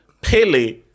Pele